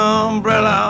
umbrella